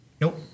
Nope